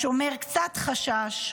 השומר קצת חשש.